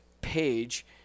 page